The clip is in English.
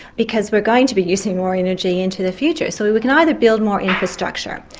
because we're going to be using more energy into the future, so we we can either build more infrastructure,